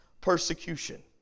persecution